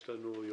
יש לנו יומיים,